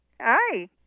Hi